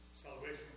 salvation